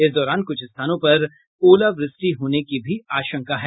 इस दौरान कुछ स्थानों पर ओलावृष्टि होने की भी आशंका है